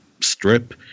Strip